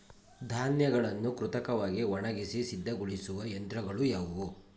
ಧಾನ್ಯಗಳನ್ನು ಕೃತಕವಾಗಿ ಒಣಗಿಸಿ ಸಿದ್ದಗೊಳಿಸುವ ಯಂತ್ರಗಳು ಯಾವುವು?